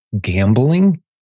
gambling